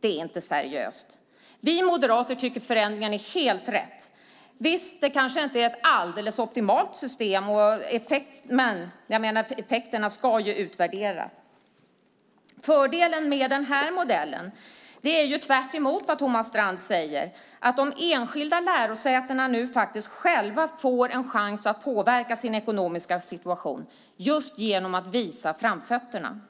Det är inte seriöst. Vi moderater tycker att förändringen är helt rätt. Det kanske inte är ett alldeles optimalt system, men effekterna ska utvärderas. Fördelen med den här modellen är tvärtemot vad Thomas Strand säger. De enskilda lärosätena får nu själva en chans att påverka sin ekonomiska situation genom att visa framfötterna.